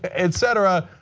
etc.